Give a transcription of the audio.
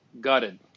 Gutted